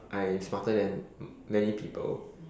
I smarter than many people